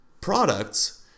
products